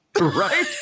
Right